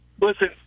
listen